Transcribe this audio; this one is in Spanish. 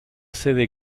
sede